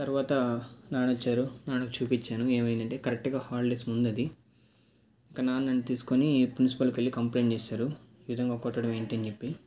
తరువాత నాన్న వచ్చారు నాన్నకి చూపించాను ఏమైంది అంటే కరెక్ట్గా హాలిడేస్ ముందు అది నాన్న నన్ను తీసుకుని ప్రిన్సిపాల్కి వెళ్ళి కంప్లయింట్ చేసారు ఈ విధంగా కొట్టడం ఏంటని చెప్పి